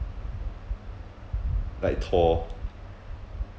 like thor